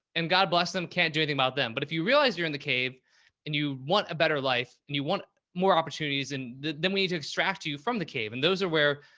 and god bless them. can't do anything about them. but if you realize you're in the cave and you want a better life and you want more opportunities, and then we need to extract you from the cave and those are where.